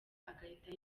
agahita